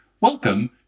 welcome